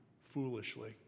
foolishly